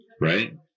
right